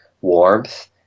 warmth